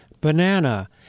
Banana